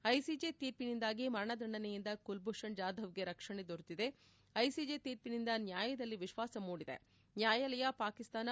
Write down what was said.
ICJ ತೀರ್ಪಿನಿಂದಾಗಿ ಮರಣದಂಡನೆಯಿಂದ ಕುಲ್ಭೂಷಣ್ ಜಾಧವ್ಗೆ ರಕ್ಷಣೆ ದೊರೆತಿದೆ ಐಸಿಜೆ ತೀರ್ಪಿನಿಂದ ನ್ಯಾಯದಲ್ಲಿ ವಿಶ್ವಾಸ ಮೂಡಿದೆ ನ್ಯಾಯಾಲಯ ಪಾಕಿಸ್ತಾನ